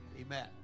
amen